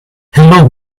hello